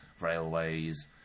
railways